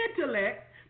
intellect